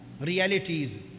realities